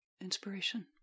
inspiration